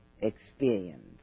experience